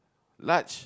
large